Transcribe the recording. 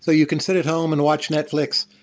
so you can sit at home and watch netflix,